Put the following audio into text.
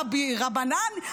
רבנן,